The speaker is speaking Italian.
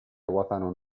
ruotano